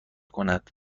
کند